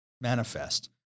manifest